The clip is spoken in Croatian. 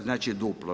Znači duplo.